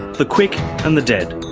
the quick and the dead.